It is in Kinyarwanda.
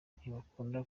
ntibakunda